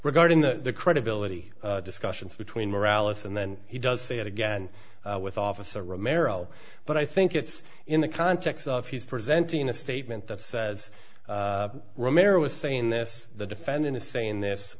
regarding the credibility discussions between morality and then he does say it again with officer romero but i think it's in the context of he's presenting a statement that says romero is saying this the defendant is saying this